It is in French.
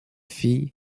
fille